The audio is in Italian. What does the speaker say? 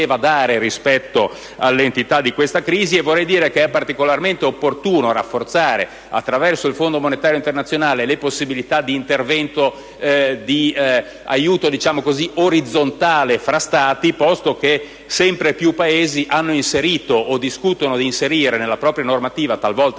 Vorrei dire che è particolarmente opportuno rafforzare, attraverso il Fondo monetario internazionale, le possibilità di intervento di aiuto orizzontale fra Stati, posto che sempre più Paesi hanno inserito o discutono di inserire nella propria normativa, talvolta anche